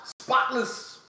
spotless